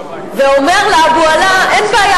ואומר לה אבו עלא: אין בעיה,